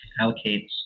allocates